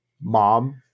Mom